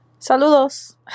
saludos